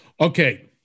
Okay